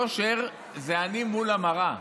יושר זה אני מול המראה,